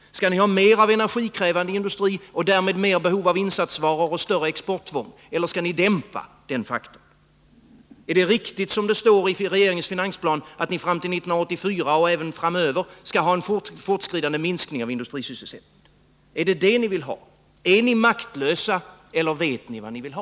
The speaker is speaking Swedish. Skall ni ha mer av energikrävande industri och därmed mer behov av insatsvaror och större exporttvång, eller skall ni dämpa den faktorn? Är det riktigt som det står i regeringens finansplan, att ni fram till 1984 och även därefter skall ha en fortskridande minskning av industrisysselsättningen? Är det det ni vill ha? Är ni maktlösa eller vet ni vad ni vill ha?